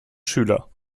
schüler